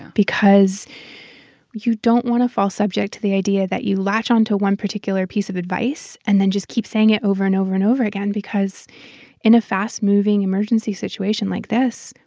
because you don't want to fall subject to the idea that you latch onto one particular piece of advice and then just keep saying it over and over and over again because in a fast-moving emergency situation like this,